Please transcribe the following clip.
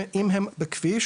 אם הם בכביש,